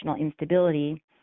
instability